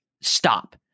stop